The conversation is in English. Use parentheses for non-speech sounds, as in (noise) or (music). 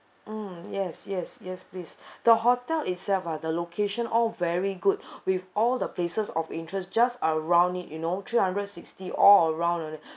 mm yes yes yes please (breath) the hotel itself ah the location all very good (breath) with all the places of interest just around it you know three hundred sixty all around on it (breath)